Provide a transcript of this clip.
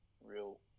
real